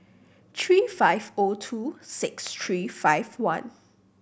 three five O two six three five one